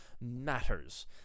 matters